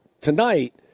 tonight